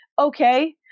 Okay